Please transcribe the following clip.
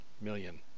million